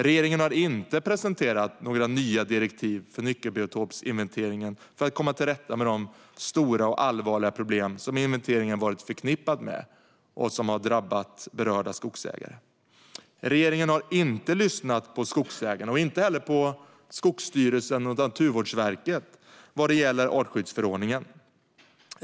Regeringen har inte presenterat några nya direktiv för nyckelbiotopsinventeringen för att komma till rätta med de stora och allvarliga problem som inventeringen varit förknippad med och som har drabbat berörda skogsägare. Regeringen har inte lyssnat på skogsägarna och heller inte på Skogsstyrelsen eller Naturvårdsverket vad gäller artskyddsförordningen.